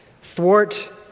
thwart